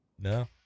No